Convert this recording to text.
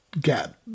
get